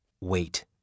Wait